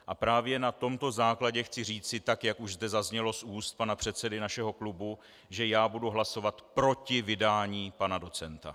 A právě na tomto základě chci říci, tak jak už zde zaznělo z úst pana předsedy našeho klubu, že já budu hlasovat proti vydání pana docenta.